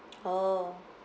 oh